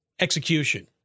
execution